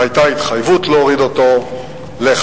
היתה התחייבות להוריד אותו ל-15.5%.